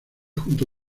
junto